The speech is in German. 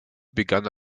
begann